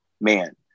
man